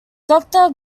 doctor